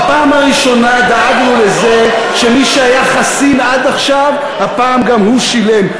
בפעם הראשונה דאגנו לזה שמי שהיה חסין עד עכשיו הפעם גם הוא שילם.